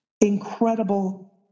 incredible